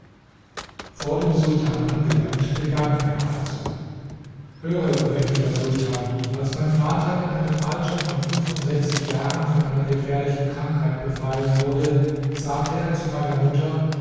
vor dem sultan angelangt begann er also höre o mächtiger sultan als mein vater in einem alter von fünfundsechzig jahren von einer gefährlichen krankheit befallen wurde sagte er zu meiner mutter